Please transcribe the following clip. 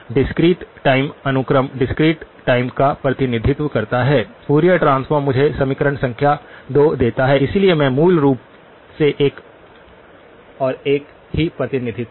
discrete time अनुक्रम discrete time का प्रतिनिधित्व करता है फूरियर ट्रांसफॉर्म मुझे समीकरण संख्या 2 देता है इसलिए वे मूल रूप से एक और एक ही प्रतिनिधित्व हैं